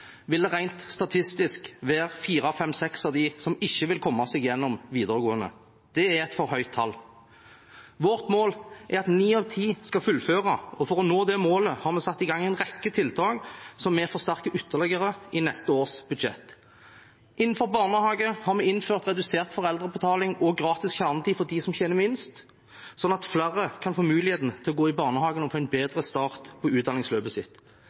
statistisk være fire, fem eller seks av dem som ikke kommer seg gjennom videregående. Det er et for høyt tall. Vårt mål er at ni av ti skal fullføre, og for å nå det målet har vi satt i gang en rekke tiltak som vi forsterker ytterligere i neste års budsjett. Innenfor barnehage har vi innført redusert foreldrebetaling og gratis kjernetid for dem som tjener minst, sånn at flere kan få muligheten til å gå i barnehagen og få en bedre start på utdanningsløpet sitt.